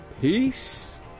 Peace